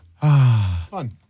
Fun